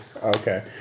Okay